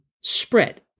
spread